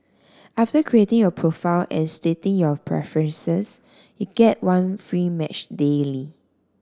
after creating your profile and stating your preferences you get one free match daily